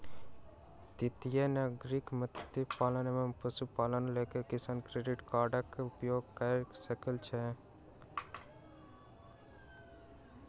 तटीय नागरिक मत्स्य पालन एवं पशुपालनक लेल किसान क्रेडिट कार्डक उपयोग कय सकै छै